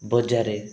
ବଜାରରେ